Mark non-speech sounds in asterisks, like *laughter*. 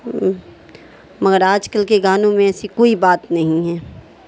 *unintelligible* مگر آج کل کے گانوں میں ایسی کوئی بات نہیں ہے